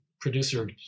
producer